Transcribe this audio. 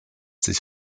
sich